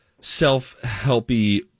self-helpy